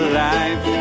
life